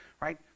right